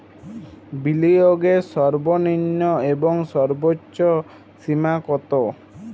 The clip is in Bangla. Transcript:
বিনিয়োগের সর্বনিম্ন এবং সর্বোচ্চ সীমা কত?